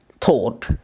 thought